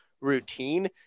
routine